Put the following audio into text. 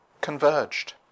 converged